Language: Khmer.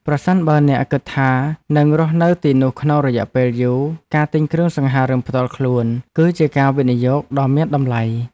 ប្រសិនបើអ្នកគិតថានឹងរស់នៅទីនោះក្នុងរយៈពេលយូរការទិញគ្រឿងសង្ហារិមផ្ទាល់ខ្លួនគឺជាការវិនិយោគដ៏មានតម្លៃ។